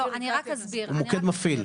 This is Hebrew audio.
הוא מוקד מפעיל.